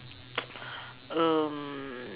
um